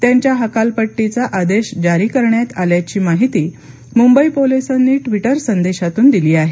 त्यांच्या हकालपट्टीचा आदेश जारी करण्यात आल्याची माहिती मुंबई पोलिसांनी ट्विटर संदेशातून दिली आहे